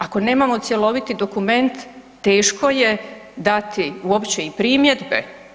Ako nemamo cjeloviti dokument, teško je dati uopće i primjedbe.